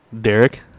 Derek